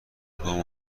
پام